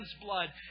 blood